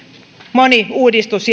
moni uudistus